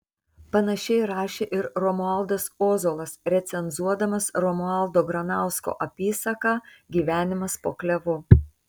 panašiai rašė ir romualdas ozolas recenzuodamas romualdo granausko apysaką gyvenimas po klevu